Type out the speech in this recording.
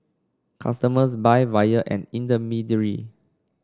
customers buy via an intermediary